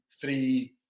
three